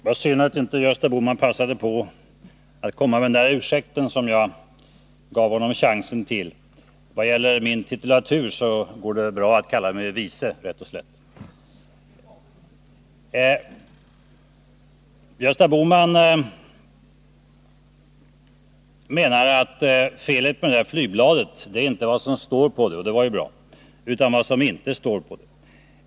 Herr talman! Det var synd att Gösta Bohman inte passade på att komma med den ursäkt som jag gav honom chans till. Vad gäller min titulatur går det bra att kalla mig ”vice” rätt och slätt. Gösta Bohman menar att felet med flygbladet inte är vad som står på det — det var ju bra — utan vad som inte står på det.